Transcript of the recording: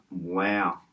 Wow